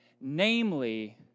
Namely